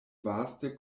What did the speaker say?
vaste